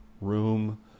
room